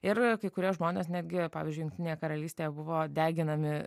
ir kai kurie žmonės netgi pavyzdžiui jungtinėje karalystėje buvo deginami